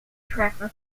traffic